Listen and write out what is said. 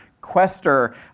quester